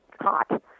hot